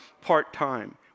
part-time